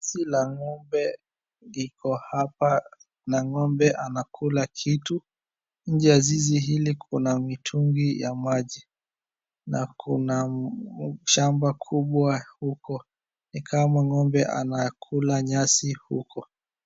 Zizi la ng'ombe liko hapa na ng'ombe anakula kitu, nje ya zizi hili kuna mitungi ya maji, na kuna shamba kubwa huko. Ni kama ng'ombe anakula nyasi huko.